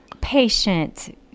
patient